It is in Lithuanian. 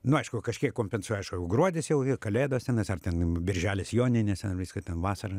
nu aišku kažkiek kompensuoja aišku gruodis jau kalėdos tenais ar ten birželis joninės ten viską ten vasarą